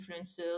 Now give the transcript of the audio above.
influencers